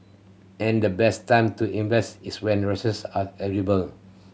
and the best time to invest is when resources are